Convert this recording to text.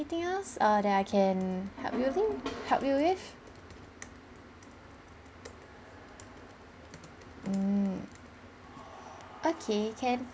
anything else err that I can help you with help you with mm okay can